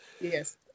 Yes